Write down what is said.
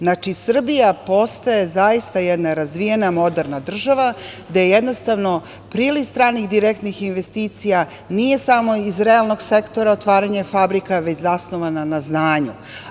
Znači, Srbija postaje zaista, jedna razvijena moderna država, gde jednostavno priliv stranih direktnih investicija nije samo iz realnog sektora otvaranje fabrika, već zasnovana na znanju.